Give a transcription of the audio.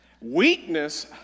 weakness